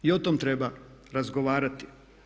I o tome treba razgovarati.